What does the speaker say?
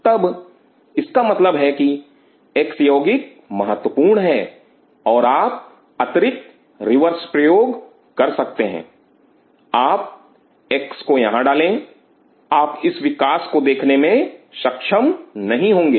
तब इसका मतलब है कि एक्स यौगिक महत्वपूर्ण है और आप अतिरिक्त रिवर्स प्रयोग कर सकते हैं आप एक्स को यहां डालें आप इस विकास को देखने में सक्षम नहीं होंगे